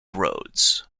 roads